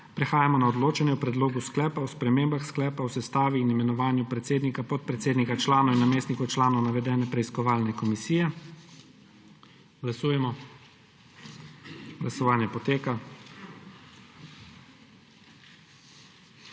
Prehajamo na odločanje o predlogu sklepa o spremembah sklepa o sestavi in imenovanju predsednika, podpredsednika, članov in namestnikov članov navedene preiskovalne komisije. Glasujemo. Ugotavljam, da